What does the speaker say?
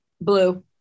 Blue